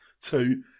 two